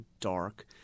dark